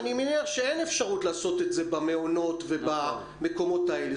אני מניח שאין אפשרות לעשות את זה במעונות ובמקומות האלה,